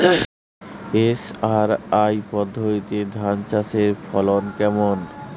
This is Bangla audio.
এস.আর.আই পদ্ধতিতে ধান চাষের ফলন কেমন?